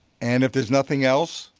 and if there's nothing else,